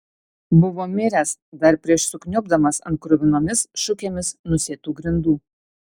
buvo miręs dar prieš sukniubdamas ant kruvinomis šukėmis nusėtų grindų